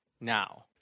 now